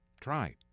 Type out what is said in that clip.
Try